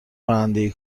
رانندگی